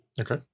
Okay